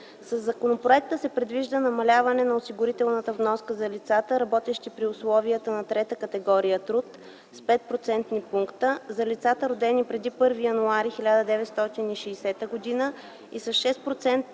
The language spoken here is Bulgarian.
Със законопроекта се предвижда намаляване на осигурителната вноска за лицата, работещи при условията на трета категория труд – с 5-процентни пункта, за лицата родени преди януари 1960 г. и с 6-процентни